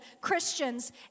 Christians